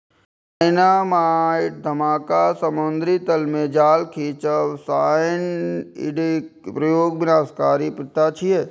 dynamite धमाका, समुद्री तल मे जाल खींचब, साइनाइडक प्रयोग विनाशकारी प्रथा छियै